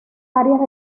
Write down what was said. áreas